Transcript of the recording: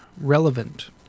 relevant